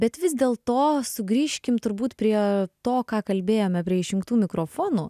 bet vis dėlto sugrįžkim turbūt prie to ką kalbėjome prie išjungtų mikrofonų